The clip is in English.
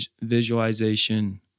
visualization